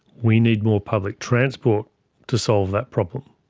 we need more public transport to solve that problem,